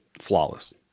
flawless